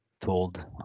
told